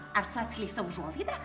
ar su atskleista užuolaida